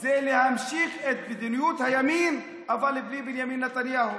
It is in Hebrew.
הוא להמשיך את מדיניות הימין אבל בלי בנימין נתניהו: